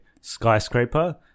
Skyscraper